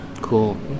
cool